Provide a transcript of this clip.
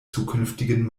zukünftigen